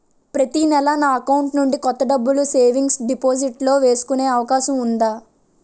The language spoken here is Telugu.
ప్రతి నెల నా అకౌంట్ నుండి కొంత డబ్బులు సేవింగ్స్ డెపోసిట్ లో వేసుకునే అవకాశం ఉందా?